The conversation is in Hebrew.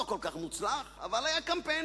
לא כל כך מוצלח, אבל היה קמפיין.